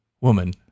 woman